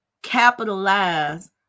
capitalize